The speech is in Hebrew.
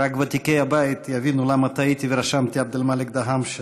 רק ותיקי הבית יבינו למה טעיתי ורשמתי עבד-אלמאלכ דהאמשה.